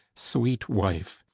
sweet wife,